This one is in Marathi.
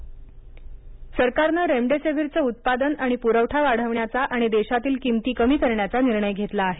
रेमडेसीवीर धळे पणे सरकारन रेमडेसिवीरचं उत्पादन आणि प्रवठा वाढविण्याचा आणि देशातील किंमती कमी करण्याचा निर्णय घेतला आहे